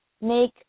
make